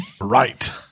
right